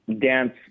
dance –